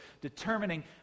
determining